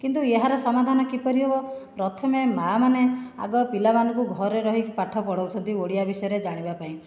କିନ୍ତୁ ଏହାର ସମାଧାନ କିପରି ହେବ ପ୍ରଥମେ ମାଆ ମାନେ ଆଗ ପିଲାମାନଙ୍କୁ ଘରେ ରହି ପାଠ ପଢ଼ାଉଛନ୍ତି ଓଡ଼ିଆ ବିଷୟରେ ଜାଣିବା ପାଇଁ